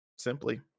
Simply